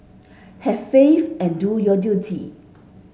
have faith and do your duty